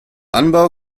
anbau